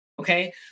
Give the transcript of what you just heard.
okay